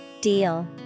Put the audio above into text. Deal